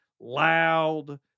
loud